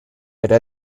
era